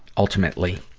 ultimately,